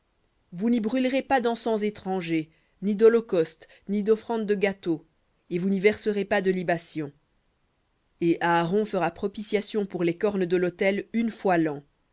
vous n'y brûlerez pas d'encens étranger ni d'holocauste ni d'offrande de gâteau et vous n'y verserez pas de libation et aaron fera propitiation pour les cornes de l'autel une fois l'an